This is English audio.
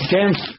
James